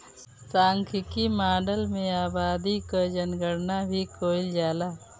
सांख्यिकी माडल में आबादी कअ जनगणना भी कईल जाला